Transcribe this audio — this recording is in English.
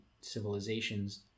civilizations